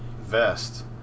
vest